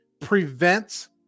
prevents